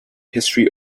history